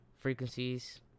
frequencies